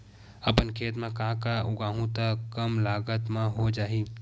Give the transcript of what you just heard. अपन खेत म का का उगांहु त कम लागत म हो जाही?